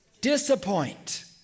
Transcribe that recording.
disappoint